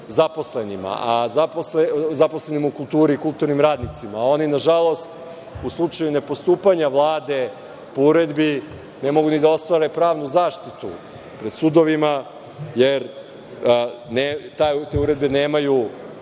sigurnosti zaposlenima u kulturi i kulturnim radnicima. Oni, nažalost, u slučaju nepostupanja Vlade po uredbi, ne mogu ni da ostvare pravnu zaštitu pred sudovima jer te uredbe nemaju